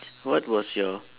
what was your